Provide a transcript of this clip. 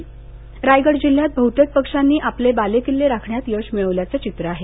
रायगड रायगड जिल्हयात बहतेक पक्षांनी आपले बालेकिल्ले राखण्यात यश मिळविल्याचं चित्र आहे